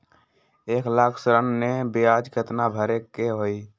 एक लाख ऋन के ब्याज केतना भरे के होई?